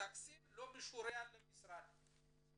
התקציב לא שוריין למשרד.